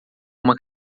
uma